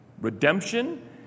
Redemption